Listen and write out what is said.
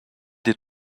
des